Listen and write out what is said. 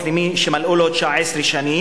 מקצועות אלה מי שמלאו לו 19 שנים,